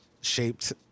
shaped